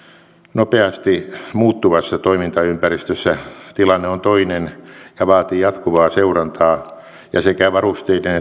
nopeasti muuttuvassa toimintaympäristössä tilanne on toinen ja vaatii jatkuvaa seurantaa ja sekä varusteiden